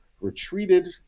retreated